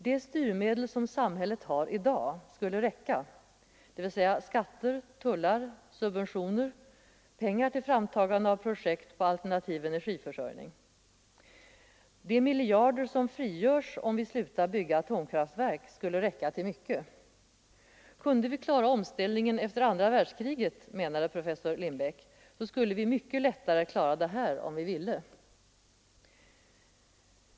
De styrmedel som samhället har i dag skulle räcka, dvs. skatter, tullar, subventioner, pengar till framtagande av projekt för alternativ energiförsörjning. De miljarder som frigörs om vi slutar bygga atomkraftverk skulle räcka till mycket. Kunde vi klara omställningen efter andra världskriget, menade professor Assar Lindbeck, skulle vi mycket lättare kunna klara det här, om vi ville.